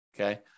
okay